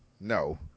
No